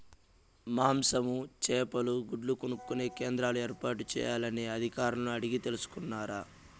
మాంసము, చేపలు, గుడ్లు కొనుక్కొనే కేంద్రాలు ఏర్పాటు చేయాలని అధికారులను అడిగి తెలుసుకున్నారా?